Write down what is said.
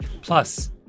Plus